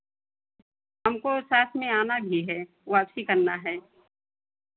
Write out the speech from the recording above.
हमको साथ में आना भी है वापसी करना है